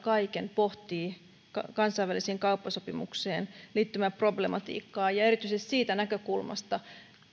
kaiken kansainvälisiin kauppasopimuksiin liittyvää problematiikkaa ja erityisesti siitä näkökulmasta